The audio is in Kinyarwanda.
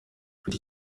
mfite